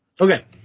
Okay